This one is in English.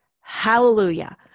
Hallelujah